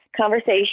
conversation